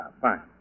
fine